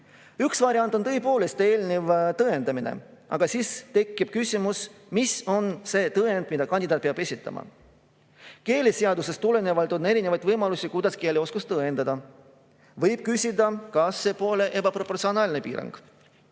Üks variant on tõepoolest eelnev tõendamine, aga siis tekib küsimus, mis on see tõend, mille kandidaat peab esitama. Keeleseadusest tulenevalt on erinevaid võimalusi, kuidas keeleoskust tõendada. Võib küsida, kas see pole ebaproportsionaalne piirang,